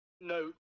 No